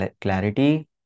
clarity